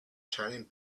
turning